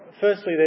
Firstly